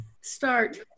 start